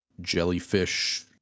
Jellyfish